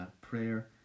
prayer